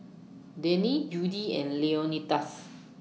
Denny Judi and Leonidas